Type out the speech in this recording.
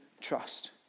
trust